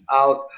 out